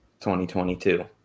2022